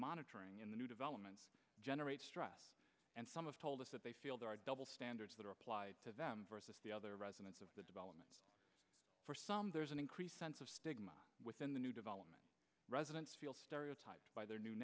monitoring in the new development generates stress and some of told us that they feel there are double standards that are applied to them versus the other residents of the development there's an increased sense of within the new development residents feel stereotyped by their new